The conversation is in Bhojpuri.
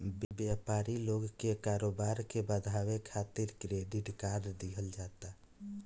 व्यापारी लोग के कारोबार के बढ़ावे खातिर क्रेडिट कार्ड दिहल जाला